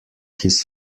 his